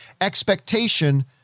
expectation